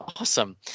Awesome